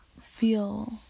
feel